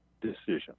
decision